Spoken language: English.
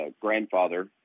grandfather